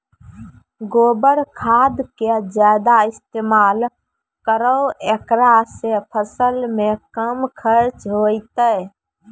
गोबर खाद के ज्यादा इस्तेमाल करौ ऐकरा से फसल मे कम खर्च होईतै?